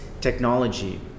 technology